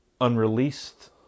unreleased